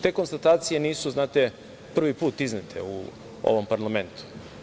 Te konstatacije nisu prvi put iznete u ovom parlamentu.